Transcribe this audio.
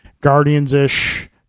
Guardians-ish